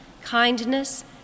kindness